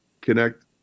connect